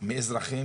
מאזרחים